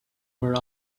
were